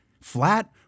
flat